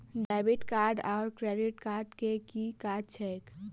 Debit card आओर credit card केँ की काज छैक?